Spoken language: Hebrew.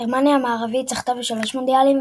גרמניה המערבית זכתה ב-3 מונדיאלים,